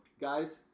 Guys